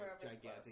gigantic